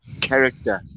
character